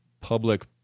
public